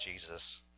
Jesus